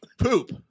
poop